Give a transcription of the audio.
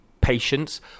patience